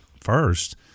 first